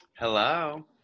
hello